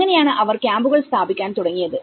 അങ്ങനെയാണ് അവർ ക്യാമ്പുകൾ സ്ഥാപിക്കാൻ തുടങ്ങിയത്